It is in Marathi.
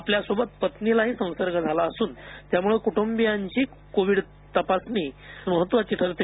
आपल्यासोबत पत्नीला ही संसर्ग झाला आहे त्यामुळे कुटुंबीयांची कोविड तपासणी महत्वाची ठरते